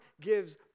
gives